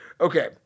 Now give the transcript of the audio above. Okay